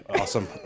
awesome